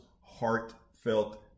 heartfelt